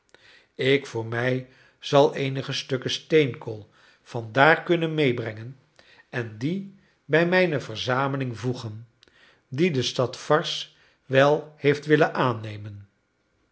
ik voor mij zal eenige stukken steenkool vandaar kunnen meebrengen en die bij mijne verzameling voegen die de stad varses wel heeft willen aannemen